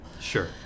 Sure